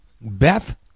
Beth